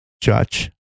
Judge